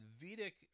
Vedic